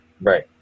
Right